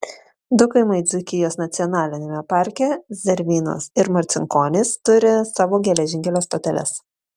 du kaimai dzūkijos nacionaliniame parke zervynos ir marcinkonys turi savo geležinkelio stoteles